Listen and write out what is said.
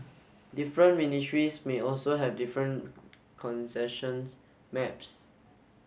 different ministries may also have different concessions maps